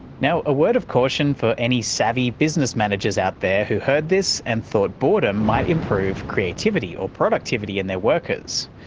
now, a word of caution for any savvy business managers out there who heard this and thought boredom might improve creativity or productivity in their workers.